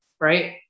right